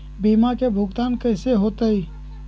बीमा के भुगतान कैसे होतइ?